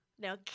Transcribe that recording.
Now